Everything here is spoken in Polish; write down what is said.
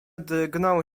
drgnął